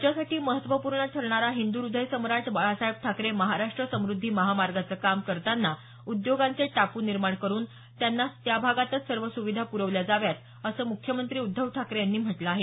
राज्यासाठी महत्वपूर्ण ठरणारा हिंदुहृदयसम्राट बाळासाहेब ठाकरे महाराष्ट्र समुद्धी महामार्गाचं काम करताना उद्योगांचे टापू निर्माण करून त्यांना त्याभागातच सर्व सुविधा प्रविल्या जाव्यात असं मुख्यमंत्री उद्धव ठाकरे यांनी म्हटलं आहे